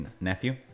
nephew